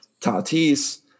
Tatis